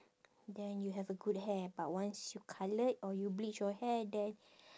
then you have a good hair but once you colour or you bleach your hair then